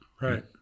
Right